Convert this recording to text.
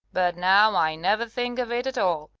but now i never think of it at all,